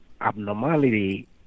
abnormality